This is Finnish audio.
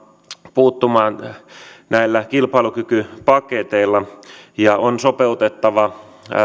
puuttumaan tähän näillä kilpailukykypaketeilla on sopeutettava